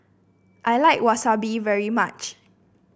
I like Wasabi very much